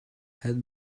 had